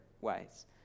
ways